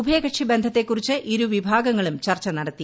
ഉഭയകക്ഷി ബന്ധത്തെകുറിച്ച് ഇരുവിഭാഗങ്ങളും ചർച്ച നടത്തി